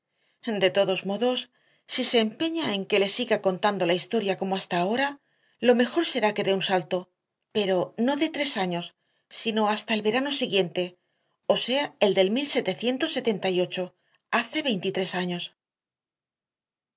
de todos modos si se empeña en que le siga contando la historia como hasta ahora lo mejor será que dé un salto pero no de tres años sino hasta el verano siguiente o sea el de mil setecientos setenta y ocho hace veintitrés años